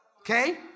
Okay